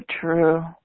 true